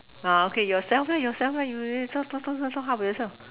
okay yourself yourself your talk talk talk talk how about yourself